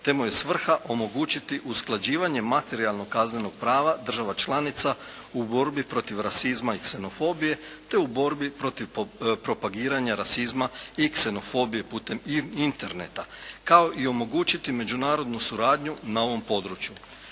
te mu je svrha omogućiti usklađivanje materijalno kaznenog prava država članica u borbi protiv rasizma i ksenofobije te u borbi protiv propagiranja rasizma i ksenofobije putem Interneta, kao i omogućiti međunarodnu suradnju na ovom području.